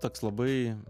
toks labai